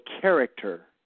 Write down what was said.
character